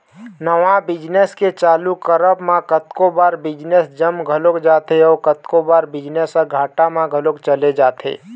नवा बिजनेस के चालू करब म कतको बार बिजनेस जम घलोक जाथे अउ कतको बार बिजनेस ह घाटा म घलोक चले जाथे